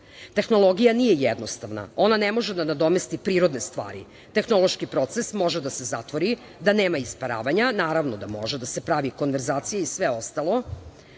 drugo. Tehnologija nije jednostavna. Ona ne može da nadomesti prirodne stvari. Tehnološki proces može da se zatvori, da nema isparavanja. Naravno da može da se pravi konverzacija i sve ostalo.